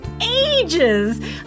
ages